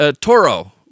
Toro